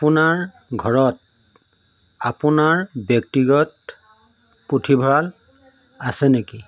আপোনাৰ ঘৰত আপোনাৰ ব্যক্তিগত পুথিভঁৰাল আছে নেকি